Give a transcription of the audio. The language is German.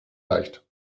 leicht